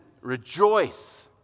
rejoice